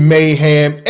Mayhem